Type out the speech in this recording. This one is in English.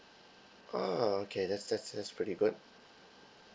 ah okay that's that's that's pretty good